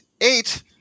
eight